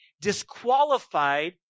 disqualified